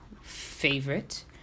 favorite